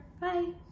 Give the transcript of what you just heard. Bye